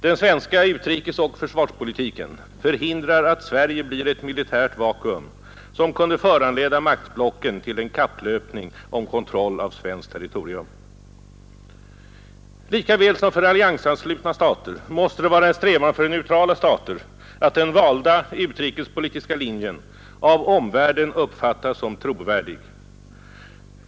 Den svenska utrikesoch försvarspolitiken förhindrar att Sverige blir ett militärt vakuum som kunde föranleda maktblocken till en kapplöpning om kontroll av svenskt territorium. Lika väl som för alliansanslutna stater måste det vara en strävan för neutrala stater att den valda utrikespolitiska linjen av omvärlden uppfattas som trovärdig.